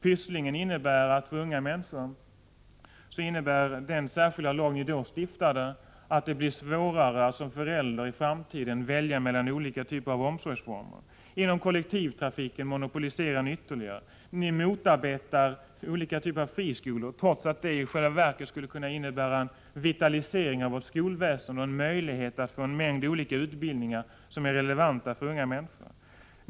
5 8 och nytänkande Den särskilda lagstiftning ni genomförde i samband med att Pysslingen var aktuell innebär för unga människor att det blir svårare för dem att som föräldrar i framtiden välja mellan olika typer av omsorgsformer. Inom kollektivtrafiken monopoliserar ni ytterligare. Ni motarbetar olika typer av fristående skolor, trots att sådana i själva verket skulle kunna innebära en vitalisering av vårt skolväsende och en möjlighet att få en mängd olika utbildningar som är relevanta för unga människor.